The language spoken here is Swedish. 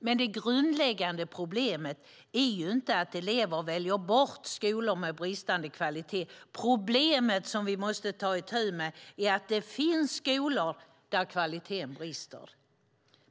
Men det grundläggande problemet är ju inte att elever väljer bort skolor med bristande kvalitet. Problemet som vi måste ta itu med är att det finns skolor där kvaliteten brister.